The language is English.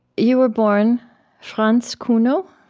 you were born franz kuno?